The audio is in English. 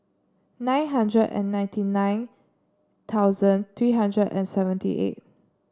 nine hundred and ninety nine thousand three hundred and seventy eight